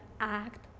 act